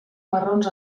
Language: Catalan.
marrons